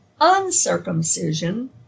uncircumcision